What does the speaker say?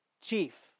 Chief